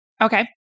Okay